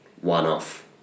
one-off